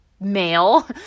male